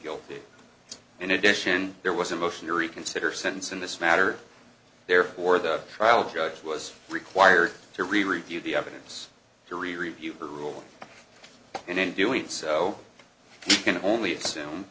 guilty in addition there was a motion to reconsider sentence in this matter therefore the trial judge was required to review the evidence to rereview rule and in doing so he can only assume